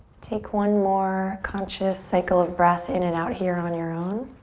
take one more conscious cycle of breath in and out here on your own.